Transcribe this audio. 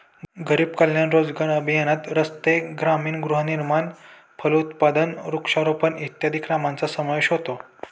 गरीब कल्याण रोजगार अभियानात रस्ते, ग्रामीण गृहनिर्माण, फलोत्पादन, वृक्षारोपण इत्यादी कामांचा समावेश होतो